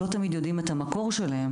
לא תמיד יודעים את המקור שלהם.